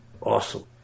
awesome